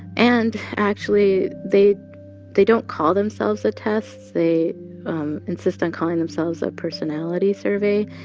and actually, they they don't call themselves a test. they insist on calling themselves a personality survey.